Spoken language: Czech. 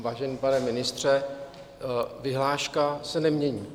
Vážený pane ministře, vyhláška se nemění.